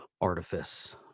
artifice